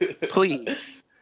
Please